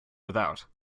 without